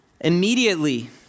Immediately